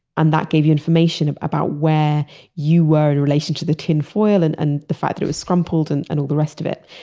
and that gave you information about where you were in relation to the tin foil and and the fact that it was crumpled and and all the rest of it.